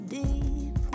deep